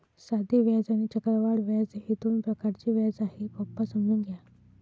साधे व्याज आणि चक्रवाढ व्याज हे दोन प्रकारचे व्याज आहे, पप्पा समजून घ्या